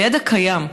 הידע קיים.